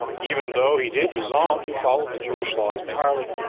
even though he did resolve to follow the jewish law entirely,